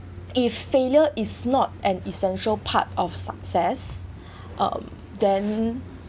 if failure is not an essential part of success um then